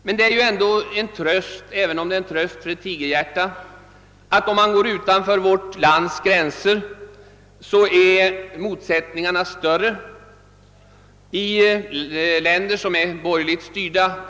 Men det är ändå en tröst, även om det är tröst för ett tigerhjärta, att motsättningarna utanför vårt lands gränser är ännu större i länder som är borgerligt styrda.